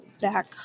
back